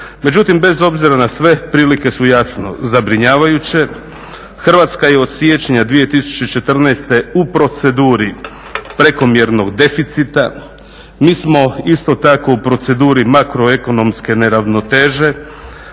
Međutim, bez obzira na sve prilike su jasno zabrinjavajuće. Hrvatska je od siječnja 2014. u proceduri prekomjernog deficita. Mi smo isto tako u proceduri makroekonomske neravnoteže,